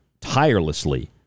tirelessly